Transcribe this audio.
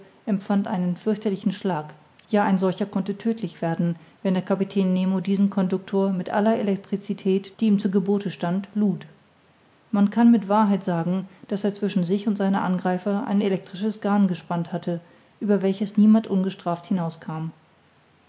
empfand einen fürchterlichen schlag ja ein solcher konnte tödtlich werden wenn der kapitän nemo diesen conductor mit aller elektricität die ihm zu gebote stand lud man kann mit wahrheit sagen daß er zwischen sich und seine angreifer ein elektrisches garn gespannt hatte über welches niemand ungestraft hinaus